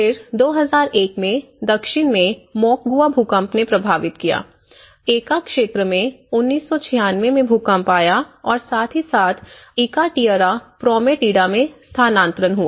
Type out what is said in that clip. फिर 2001 में दक्षिण में मोकगुआ भूकंप ने प्रभावित किया एका क्षेत्र में 1996 में भूकंप आया और साथ ही साथ इका टिएरा प्रोमेटिडा में स्थानांतरण हुआ